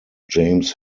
james